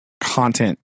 content